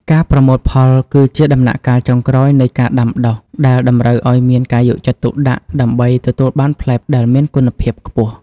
ការប្រមូលផលគឺជាដំណាក់កាលចុងក្រោយនៃការដាំដុះ ដែលតម្រូវឲ្យមានការយកចិត្តទុកដាក់ដើម្បីទទួលបានផ្លែដែលមានគុណភាពខ្ពស់។